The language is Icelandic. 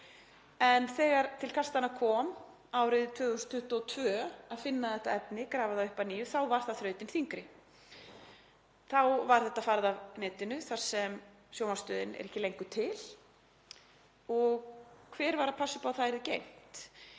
1. Þegar til kastanna kom árið 2022 að finna þetta efni, grafa það upp að nýju, þá var það þrautin þyngri. Þá var þetta farið af netinu þar sem sjónvarpsstöðin er ekki lengur til, og hver var að passa upp á að það yrði